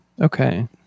Okay